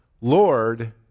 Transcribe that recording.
Lord